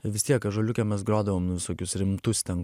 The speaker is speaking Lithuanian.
vis tiek ažuoliuke mes grodavom visokius rimtus ten